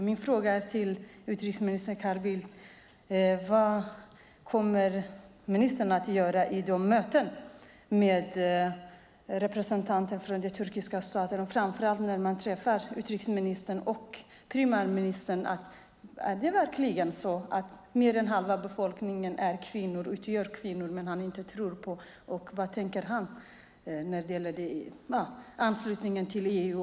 Min fråga till utrikesminister Carl Bildt är: Vad kommer ministern att göra vid sina möten med representanter för den turkiska staten, framför allt när han träffar utrikesministern och premiärministern? Mer än halva befolkningen utgörs av kvinnor, är det verkligen så att han inte tror på dem? Vad tänker ministern när det gäller det och anslutningen till EU?